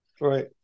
right